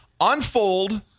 Unfold